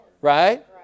right